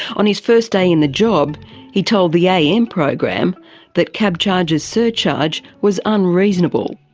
on his first day in the job he told the am program that cabcharge's surcharge was unreasonable.